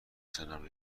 سنم